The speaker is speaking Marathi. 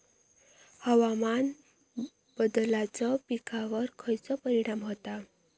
हवामान बदलाचो पिकावर खयचो परिणाम होता?